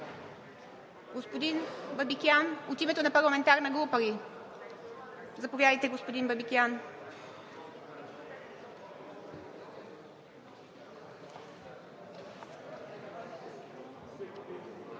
Господин Бабикян, от името на парламентарна група ли? Заповядайте, господин Бабикян.